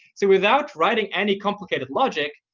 so without writing any complicated logic,